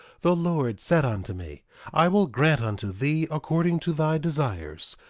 the lord said unto me i will grant unto thee according to thy desires,